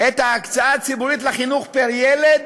את ההקצאה הציבורית לחינוך פר ילד,